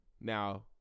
now